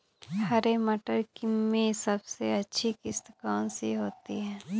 हरे मटर में सबसे अच्छी किश्त कौन सी होती है?